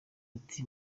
ati